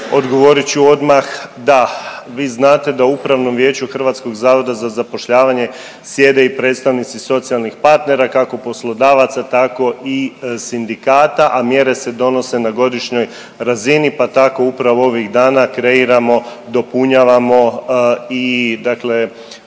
odgovorit ću odmah da. Vi znate u Upravnom vijeću Hrvatskog zavoda za zapošljavanje sjede i predstavnici socijalnih partnera kako poslodavaca, tako i sindikata, a mjere se donose na godišnjoj razini, pa tako upravo ovih dana kreiramo, dopunjavamo i dakle